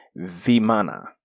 Vimana